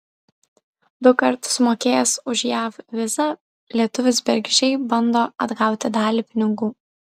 dukart sumokėjęs už jav vizą lietuvis bergždžiai bando atgauti dalį pinigų